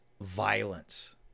Violence